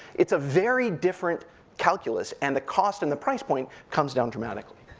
it's a very different calculus, and the cost and the price point comes down dramatically.